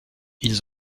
ils